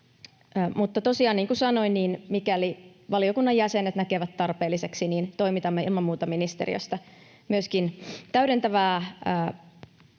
Mutta tosiaan, niin kuin sanoin, mikäli valiokunnan jäsenet näkevät tarpeelliseksi, toimitamme ilman muuta ministeriöstä myöskin täydentävää tietoa ja